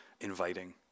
inviting